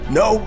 no